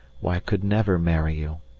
why i could never marry you,